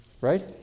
right